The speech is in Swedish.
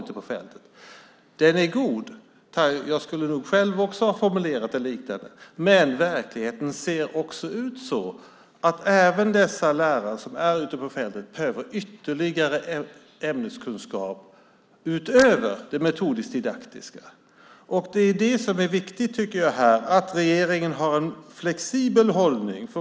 Den tanken är god. Jag skulle nog ha formulerat det på liknande sätt. Men verkligheten är den att dessa lärare ute på fältet behöver ytterligare ämneskunskaper, alltså utöver de metodisk-didaktiska. Därför är det viktigt att regeringen har en flexibel hållning.